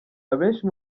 abenshi